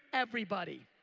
everybody.